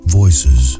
voices